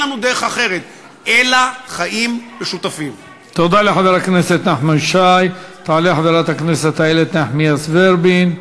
ואני חשבתי שהיום ראש הממשלה יחזור בו,